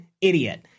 idiot